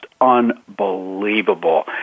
unbelievable